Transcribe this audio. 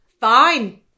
fine